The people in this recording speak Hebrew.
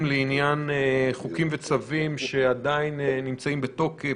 לעניין חוקים וצווים שעדיין נמצאים בתוקף,